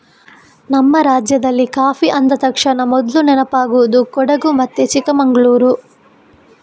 ನಮ್ಮ ರಾಜ್ಯದಲ್ಲಿ ಕಾಫಿ ಅಂದ ತಕ್ಷಣ ಮೊದ್ಲು ನೆನಪಾಗುದು ಕೊಡಗು ಮತ್ತೆ ಚಿಕ್ಕಮಂಗಳೂರು